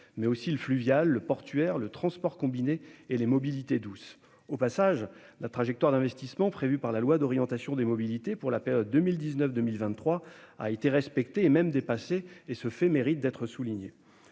mais aussi le fluvial, le portuaire, le transport combiné et les mobilités douces. Au passage, la trajectoire d'investissements prévue par la loi d'orientation des mobilités pour la période 2019-2023 a été respectée, et même dépassée. Ce fait mérite d'être souligné.